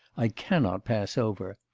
i cannot pass over.